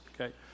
Okay